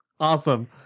Awesome